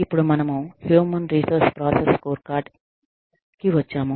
ఇప్పుడు మనము human resources process scorecard కి వచ్చాము